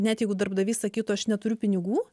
net jeigu darbdavys sakytų aš neturiu pinigų